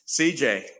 CJ